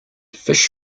fish